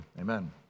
Amen